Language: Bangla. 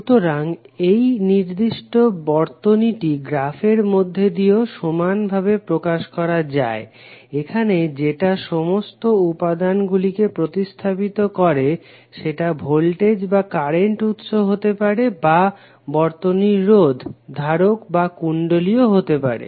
সুতরাং এই নির্দিষ্ট বর্তনীটি গ্রাফের মধ্যে দিয়েও সমান ভাবে প্রকাশ করা যায় এখানে যেটা সমস্ত উপাদান গুলিকে প্রতিস্থাপিত করে সেটা ভোল্টেজ বা কারেন্ট উৎস হতে পারে বা বর্তনীর রোধ ধারক বা কুণ্ডলী ও হতে পারে